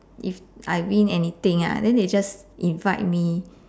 if I win anything ah then they just invite me